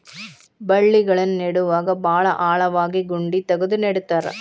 ಬಳ್ಳಿಗಳನ್ನ ನೇಡುವಾಗ ಭಾಳ ಆಳವಾಗಿ ಗುಂಡಿ ತಗದು ನೆಡತಾರ